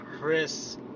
Chris